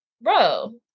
bro